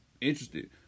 interested